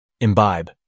imbibe